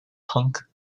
punk